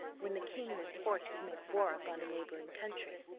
when the king was forced to make war upon a neighbouring country,